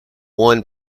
one